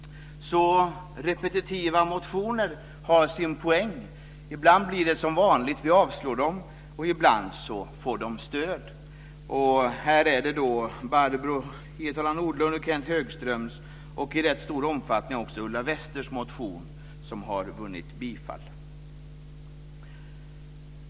Repetitiva motioner har alltså sin poäng. Ibland blir det som vanligt: Vi avslår dem. Ibland får de stöd. Här är det Barbro Hietala Nordlunds och Kenth Ulla Westers, som har vunnit bifall.